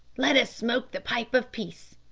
let us smoke the pipe of peace